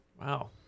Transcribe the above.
Wow